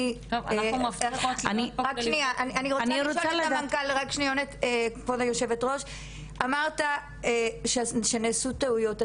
אני רוצה לשאול: אמרת שנעשו טעיוות.